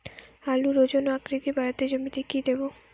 আলুর ওজন ও আকৃতি বাড়াতে জমিতে কি দেবো?